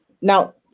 Now